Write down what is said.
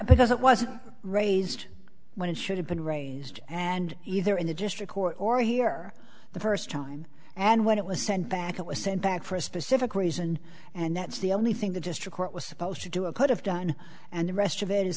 because it was raised when it should have been raised and either in the district court or here the first time and when it was sent back it was sent back for a specific reason and that's the only thing the district court was supposed to do a could have done and the rest of it